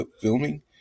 filming